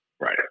Right